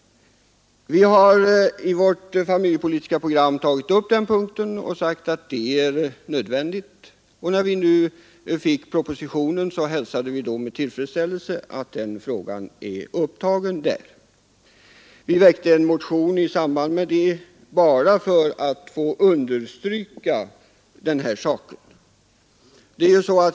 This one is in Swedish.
Vi har i vårt familjepolitiska program, som jag hänvisat till tidigare, tagit upp den punkten och sagt att det är nödvändigt. När vi fick propositionen hänvisade vi med tillfredsställelse till att frågan är upptagen där. Vi väckte en motion för att få understryka den här saken.